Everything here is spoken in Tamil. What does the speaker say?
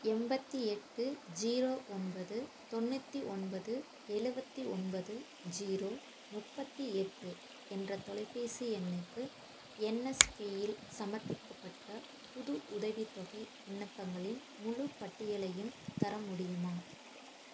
எண்பத்தி எட்டு ஜீரோ ஒன்பது தொண்ணூற்றி ஒன்பது எழுவத்தி ஒன்பது ஜீரோ முப்பத்தி எட்டு என்ற தொலைபேசி எண்ணுக்கு என்எஸ்பியில் சமர்ப்பிக்கப்பட்ட புது உதவித்தொகை விண்ணப்பங்களின் முழு பட்டியலையும் தர முடியுமா